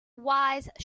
wise